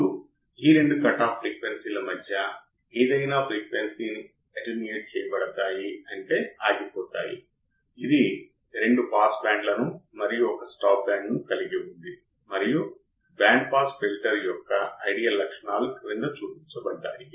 ట్రాన్సిస్టర్ల యొక్క ఈ చిన్న బేస్ కర్రెంట్లు ఏమీ లేవు అయితే బయాస్ కర్రెంట్లు Ib1 మరియు Ib2 గా సూచించబడతాయి అయితే నేను తప్పుగా ప్రకటనగా చెప్పాను వాస్తవానికి రెండు ట్రాన్సిస్టర్ల బేస్ టెర్మినల్స్ అయిన ఇన్పుట్ టెర్మినల్స్ చిన్న DC కరెంట్ను నిర్వహిస్తాయి